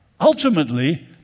Ultimately